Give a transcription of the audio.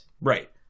Right